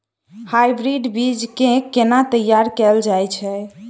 Hybrid बीज केँ केना तैयार कैल जाय छै?